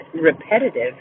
repetitive